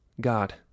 God